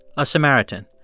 a samaritan.